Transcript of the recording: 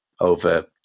Over